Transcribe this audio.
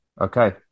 Okay